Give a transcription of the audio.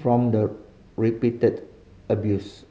from the repeated abuse